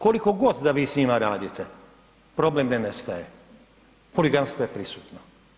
Koliko god da vi s njima radite, problem ne nestaje, huliganstvo je prisutno.